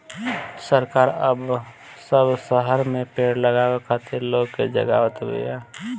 सरकार अब सब शहर में पेड़ लगावे खातिर लोग के जगावत बिया